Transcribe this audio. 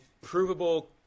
provable